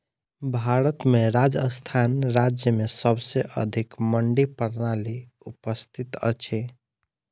भारत में राजस्थान राज्य में सबसे अधिक मंडी प्रणाली उपस्थित अछि